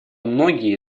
многие